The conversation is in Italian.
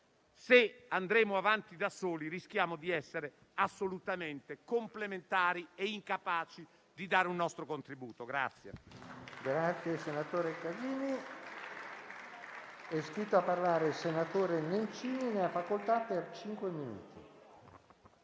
Se andremo avanti da soli, rischiamo di essere assolutamente complementari e incapaci di dare un nostro contributo.